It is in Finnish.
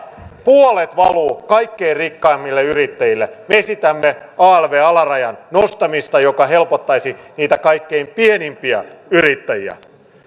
puolet valuu kaikkein rikkaimmille yrittäjille me esitämme alv alarajan nostamista joka helpottaisi niitä kaikkein pienimpiä yrittäjiä